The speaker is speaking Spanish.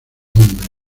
hombre